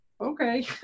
Okay